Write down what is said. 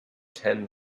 ten